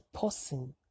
person